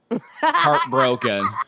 Heartbroken